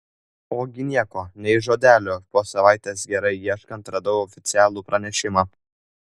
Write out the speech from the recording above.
ogi nieko nei žodelio po savaitės gerai ieškant radau oficialų pranešimą